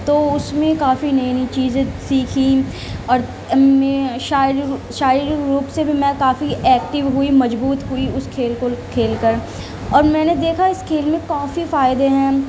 تو اس میں کافی نئی نئی چیزیں سیکھی اور میں شایررک شاریریک روپ سے بھی میں کافی ایکٹیو ہوئی مضبوط ہوئی اس کھیل کو کھیل کر اور میں نے دیکھا اس کھیل میں کافی فائدے ہیں